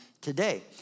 today